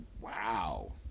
Wow